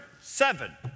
seven